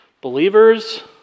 Believers